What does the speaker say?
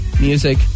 music